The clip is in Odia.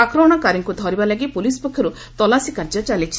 ଆକ୍ରମଣକାରୀଙ୍କୁ ଧରିବା ଲାଗି ପୁଲିସ୍ ପକ୍ଷରୁ ତଲାସୀ କାର୍ଯ୍ୟ ଚାଲିଛି